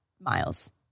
miles